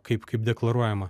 kaip kaip deklaruojama